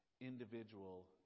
individual